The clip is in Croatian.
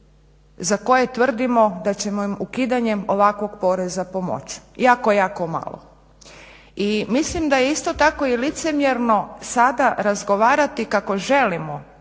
za koje tvrdimo da ćemo im ukidanjem ovakvog poreza pomoći. Jako, jako malo. I mislim da je isto tako i licemjerno sada razgovarati kako želimo